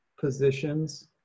positions